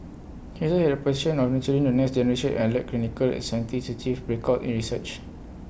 he also had A passion of nurturing the next generation and led clinical and scientists to achieve breakout in research